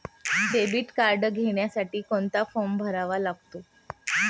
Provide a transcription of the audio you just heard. Debit card घेण्यासाठी कोणता form भरावा लागतो?